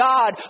God